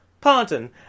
...pardon